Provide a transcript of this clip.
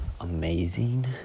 amazing